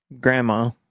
grandma